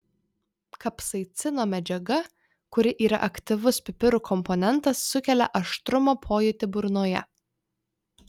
kapsaicino medžiaga kuri yra aktyvus pipirų komponentas sukelia aštrumo pojūtį burnoje